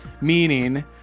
meaning